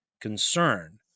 concern